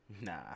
Nah